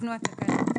תוקנו התקנות.